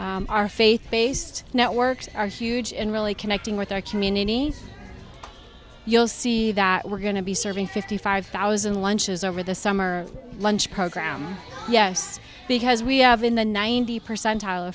our faith based networks are huge and really connecting with our community you'll see that we're going to be serving fifty five thousand lunches over the summer lunch program yes because we have in the ninety percentile